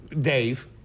Dave